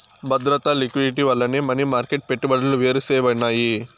బద్రత, లిక్విడిటీ వల్లనే money market పెట్టుబడులు వేరుసేయబడినాయి